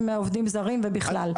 שמעורבים בהם עובדים זרים ובכלל.